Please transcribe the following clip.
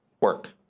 Work